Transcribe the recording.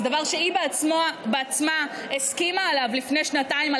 זה דבר שהיא בעצמה הסכימה עליו לפני שנתיים,